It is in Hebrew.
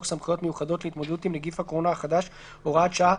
סמכויות מיוחדות להתמודדות עם נגיף הקורונה החדש (הוראת שעה),